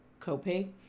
copay